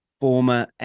former